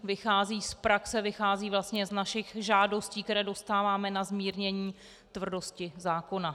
Vychází z praxe, vychází vlastně z našich žádostí, které dostáváme na zmírnění tvrdosti zákona.